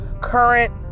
current